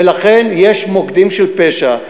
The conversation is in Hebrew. ולכן יש מוקדים של פשע,